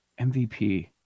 MVP